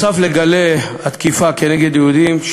נוסף על גלי התקיפה נגד יהודים,